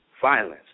violence